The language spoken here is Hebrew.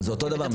אבל זה אותו דבר.